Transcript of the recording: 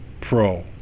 Pro